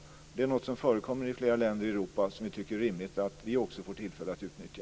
Detta är något som förekommer i flera länder i Europa och som vi tycker är rimligt att också vi får tillfälle att utnyttja.